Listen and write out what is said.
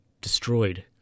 destroyed